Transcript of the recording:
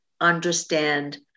understand